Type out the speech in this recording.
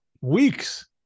weeks